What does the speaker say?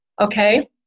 Okay